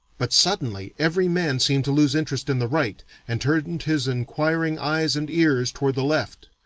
but suddenly every man seemed to lose interest in the right, and turned his inquiring eyes and ears toward the left.